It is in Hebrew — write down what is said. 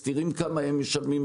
מסתירים כמה הם משלמים,